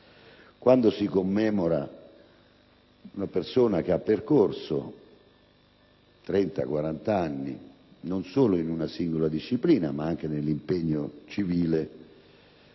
Quando si commemora una persona che ha percorso 30-40 anni, non solo in una singola disciplina, ma anche nell'impegno civile,